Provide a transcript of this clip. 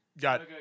got